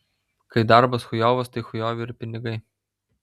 kai darbas chujovas tai chujovi ir pinigai